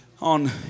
on